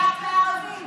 כל התוכנית רק לערבים.